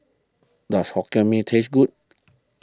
does Hokkien Mee taste good